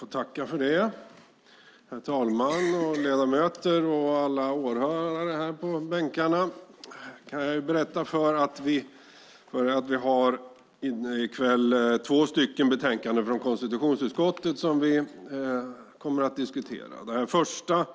Herr talman, ledamöter, åhörare i bänkarna här! I kväll kommer vi att diskutera två betänkanden från konstitutionsutskottet. Det första betänkandet